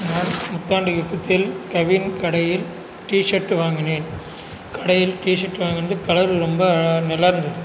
நான் புத்தாண்டு யுத்தத்தில் கவின் கடையில் டிஷர்ட்டு வாங்கினேன் கடையில் டிஷர்ட் வாங்கினது கலர் ரொம்ப அழகாக நல்லாயிருந்தது